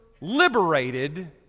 liberated